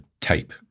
tape